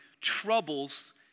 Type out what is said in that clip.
troubles